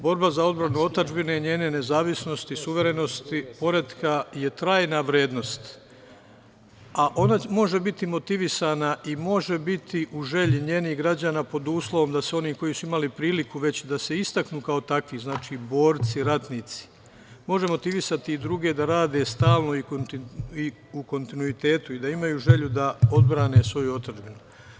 Borba za odbranu otadžbine, njene nezavisnosti, suverenosti, poretka je trajna vrednost, a ona može biti motivisana i može biti u želji njenih građana pod uslovom da se oni, koji su imali priliku već da se istaknu, kao takvi, znači, borci ratnici može motivisati druge da rade stalno i u kontinuitetu i da imaju želju da odbrane svoju otadžbinu.